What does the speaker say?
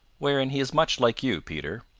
wherein he is much like you, peter.